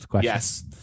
Yes